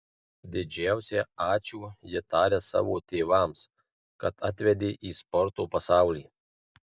didžiausią ačiū ji taria savo tėvams kad atvedė į sporto pasaulį